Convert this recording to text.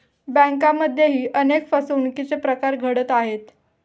बँकांमध्येही अनेक फसवणुकीचे प्रकार घडत आहेत